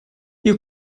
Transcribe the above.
you